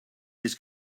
his